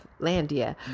landia